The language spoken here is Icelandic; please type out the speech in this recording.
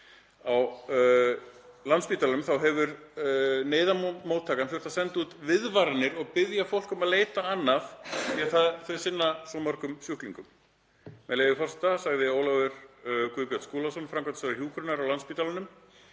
Á Landspítalanum hefur neyðarmóttakan þurft að senda út viðvaranir og biðja fólk um að leita annað af því að þau sinna svo mörgum sjúklingum. Með leyfi forseta sagði Ólafur Guðbjörn Skúlason, framkvæmdastjóri hjúkrunar á Landspítalanum: